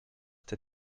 der